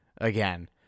again